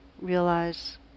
realize